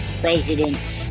presidents